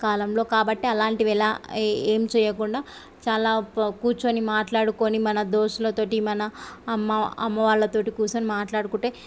కాలంలో కాబట్టి అలాంటివి ఇలా ఏం చెయ్యకుండా చాలా కూర్చొని మాట్లాడుకొని మన దోస్తులతో మన అమ్మ అమ్మ వాళ్ళతో కూర్చొని మాట్లాడుకుంటే